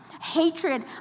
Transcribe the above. hatred